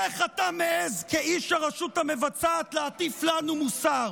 איך אתה מעז, כאיש הרשות המבצעת, להטיף לנו מוסר?